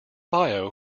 bio